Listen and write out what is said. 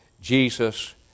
Jesus